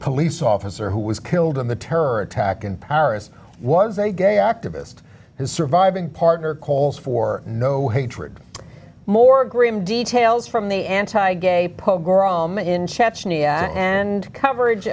police officer who was killed in the terror attack in paris was a gay activist his surviving partner calls for no hatred more grim details from the anti gay pogrom in chechnya and coverage